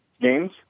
games